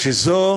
שזו